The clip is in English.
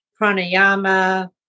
pranayama